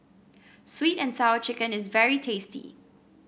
sweet and Sour Chicken is very tasty